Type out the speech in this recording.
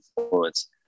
influence